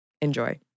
Enjoy